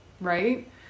right